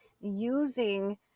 using